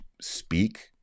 speak